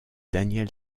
daniel